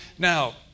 Now